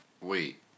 Wait